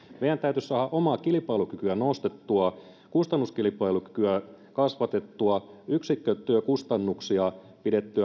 meidän täytyisi saada omaa kilpailukykyä nostettua kustannuskilpailukykyä kasvatettua yksikkötyökustannuksia